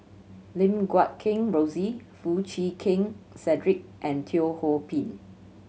Lim Guat Kheng Rosie Foo Chee Keng Cedric and Teo Ho Pin